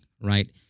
right